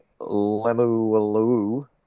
Lemuelu